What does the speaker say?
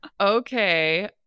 Okay